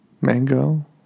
Mango